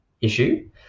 issue